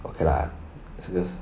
okay lah 这个